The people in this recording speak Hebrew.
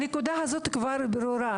הנקודה הזו כבר ברורה.